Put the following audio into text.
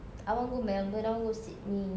I want go melbourne I want go sydney